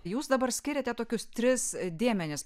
jūs dabar skyrėte tokius tris dėmenis